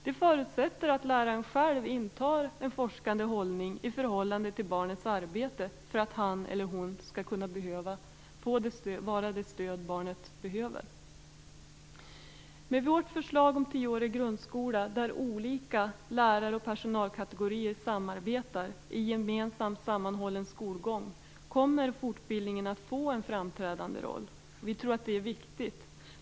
Det förutsätter att läraren själv intar en forskande hållning i förhållande till barnets arbete, för att han eller hon skall kunna vara det stöd som barnet behöver. Med vårt förslag om tioårig grundskola, där olika lärar och personalkategorier samarbetar i en gemensam sammanhållen skolgång kommer fortbildningen att få en framträdande roll. Vi tror att det är viktigt.